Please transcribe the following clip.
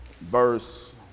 verse